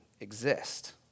exist